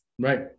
Right